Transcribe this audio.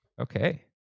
okay